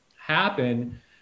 happen